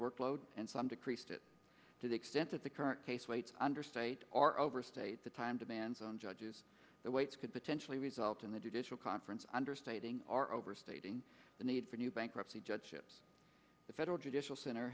workload and some decreased it to the extent that the current case weights under state are overstate the time demands on judges the wait could potentially result in the judicial conference understating are overstating the need for new bankruptcy judges the federal judicial center